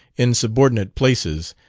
in subordinate places,